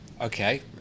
Okay